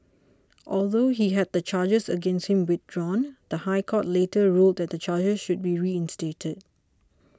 although he had the charges against him withdrawn the High Court later ruled that the charges should be reinstated